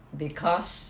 because